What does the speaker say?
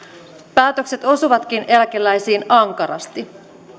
päätökset osuvatkin eläkeläisiin ankarasti